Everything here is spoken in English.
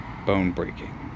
Bone-breaking